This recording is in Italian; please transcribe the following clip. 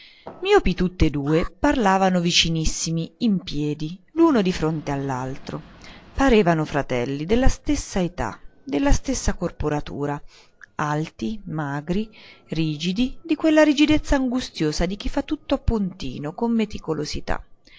miopi tutti e due parlavano vicinissimi in piedi l'uno di fronte all'altro parevano fratelli della stessa età della stessa corporatura alti magri rigidi di quella rigidezza angustiosa di chi fa tutto a puntino con meticolosità